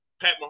Pat